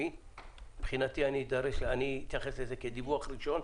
מבחינתי אני אתייחס לזה כדיווח ראשון.